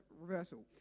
reversal